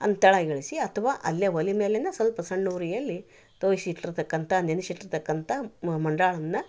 ಅದನ್ನ ತಳಗಿಳಿಸಿ ಅಥವಾ ಅಲ್ಲೇ ಒಲೆ ಮ್ಯಾಲಿಂದ ಸ್ವಲ್ಪ ಸಣ್ಣ ಉರಿಯಲ್ಲಿ ತೋಯ್ಸಿ ಇಟ್ಟಿರ್ತಕ್ಕಂಥ ನೆನಿಸಿಟ್ಟಿರ್ತಕ್ಕಂಥ ಮಂಡಾಳನ್ನ